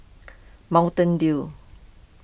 Mountain Dew